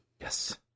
Yes